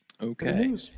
okay